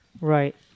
Right